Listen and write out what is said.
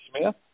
Smith